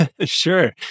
Sure